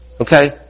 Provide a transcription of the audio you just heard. Okay